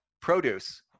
produce